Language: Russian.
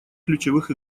ключевых